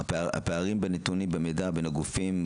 הפערים בנתונים במידע בין הגופים,